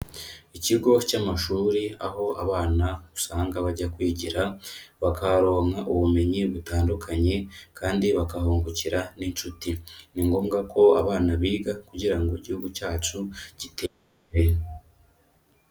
Ikigo cy'amashuri aho abana usanga bajya kwigira, bakaharonka ubumenyi butandukanye kandi bakahungukira n'inshuti. Ni ngombwa ko abana biga kugira ngo igihugu cyacu gitere Imbere.